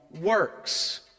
works